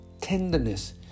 tenderness